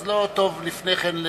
אז לא טוב לפני כן,